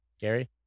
Gary